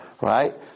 right